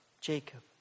Jacob